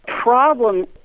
problem